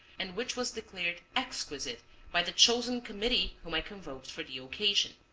and which was declared exquisite by the chosen committee whom i convoked for the occasion.